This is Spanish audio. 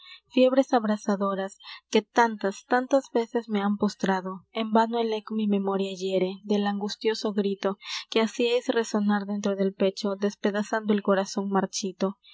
fiebres abrasadoras que tántas tántas veces me han postrado en vano el eco mi memoria hiere del angustioso grito que hacíais resonar dentro del pecho despedazando el corazon marchito ha